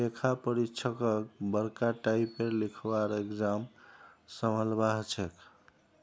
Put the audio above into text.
लेखा परीक्षकक बरका टाइपेर लिखवार एग्जाम संभलवा हछेक